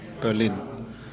Berlin